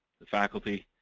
the faculty,